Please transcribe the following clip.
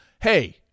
hey